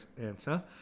answer